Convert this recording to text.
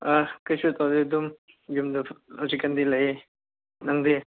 ꯑꯁ ꯀꯩꯁꯨ ꯇꯧꯗꯦ ꯑꯗꯨꯝ ꯌꯨꯝꯗ ꯍꯧꯖꯤꯛ ꯀꯥꯟꯗꯤ ꯂꯩꯌꯦ ꯅꯪꯗꯤ